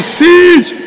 siege